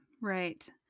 Right